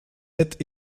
êtes